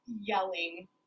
yelling